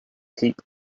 heap